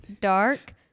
dark